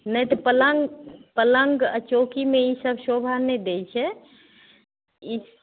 नहि तऽ पलङ्ग पलङ्ग आ चौकीमे ई सब शोभा नहि दै छै